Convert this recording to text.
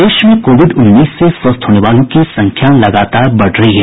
प्रदेश में कोविड उन्नीस से स्वस्थ होने वालों की संख्या लगातार बढ़ रही है